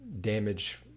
damage